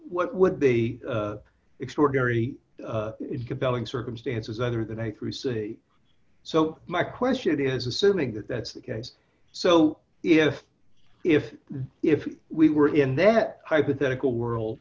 what would be extraordinary compelling circumstances other than a truce so my question is assuming that that's the case so if if if we were in that hypothetical world